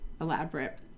elaborate